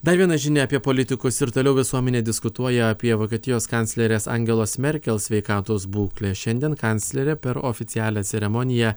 dar viena žinia apie politikus ir toliau visuomenė diskutuoja apie vokietijos kanclerės angelos merkel sveikatos būklę šiandien kanclerė per oficialią ceremoniją